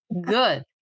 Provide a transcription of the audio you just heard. Good